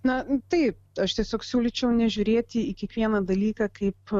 na taip aš tiesiog siūlyčiau nežiūrėti į kiekvieną dalyką kaip